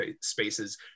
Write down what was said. spaces